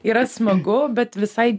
yra smagu bet visai